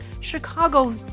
Chicago